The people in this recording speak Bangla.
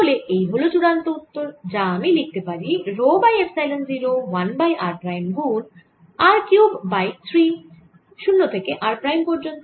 তাহলে এই হল চুড়ান্ত উত্তর যা আমি লিখতে পারি rho by epsilon 0 1 by r prime গুণ r কিউব বাই 3 0 থেকে r প্রাইম পর্যন্ত